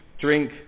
drink